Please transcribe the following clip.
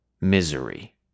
misery